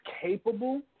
capable